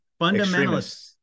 Fundamentalists